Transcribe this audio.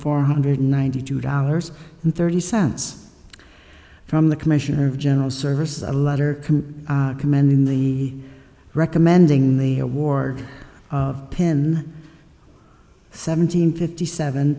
four hundred ninety two dollars and thirty cents from the commissioner of general services a letter can command in the recommending the award of pin seventeen fifty seven